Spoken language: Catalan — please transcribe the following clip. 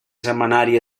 setmanari